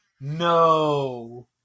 No